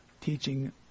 teaching